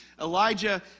Elijah